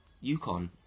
Yukon